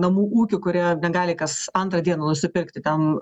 namų ūkių kurie negali kas antrą dieną nusipirkti ten